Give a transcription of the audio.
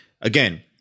again